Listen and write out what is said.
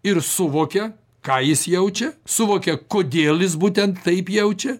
ir suvokia ką jis jaučia suvokia kodėl jis būtent taip jaučia